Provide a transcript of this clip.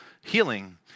healing